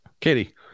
Katie